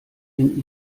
bin